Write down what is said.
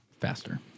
faster